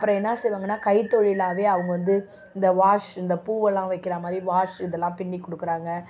அப்புறம் என்ன செய்வாங்கன்னா கைத்தொழிலாகவே அவங்க வந்து இந்த வாஷ் இந்த பூவெல்லாம் வைக்கிற மாதிரி வாஷு இதெல்லாம் பின்னிக் கொடுக்குறாங்க